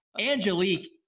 Angelique